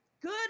Good